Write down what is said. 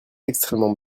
extrêmement